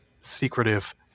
secretive